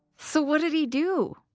so what did he do!